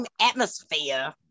atmosphere